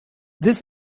this